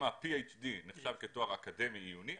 אם ה-PHD נחשב כתואר אקדמי עיוני,